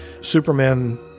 Superman